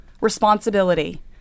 responsibility